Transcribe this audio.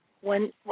one